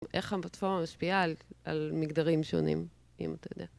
איך הפלטפורמה משפיעה על מגדרים שונים, אם אתה יודע.